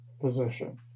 position